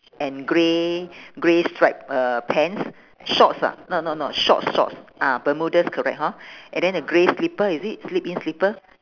and grey grey stripe uh pants shorts ah no no no shorts shorts ah bermudas correct hor and then the grey slipper is it slip in slipper